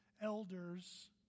elders